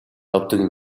явдаг